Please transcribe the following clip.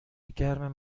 گرم